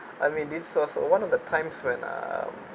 I mean this was one of the times when um